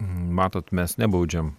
matot mes nebaudžiame